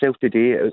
today